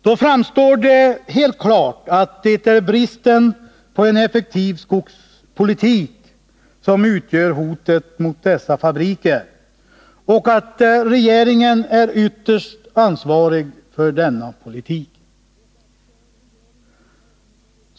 Då framstår det helt klart att det är bristen på en effektiv skogspolitik som utgör hotet mot dessa fabriker, och regeringen är ytterst ansvarig för denna politik.